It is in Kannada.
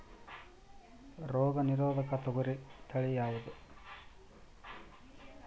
ರೋಗ ನಿರೋಧಕ ತೊಗರಿ ತಳಿ ಯಾವುದು?